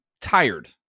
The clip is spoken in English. tired